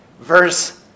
Verse